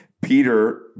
Peter